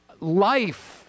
life